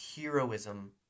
heroism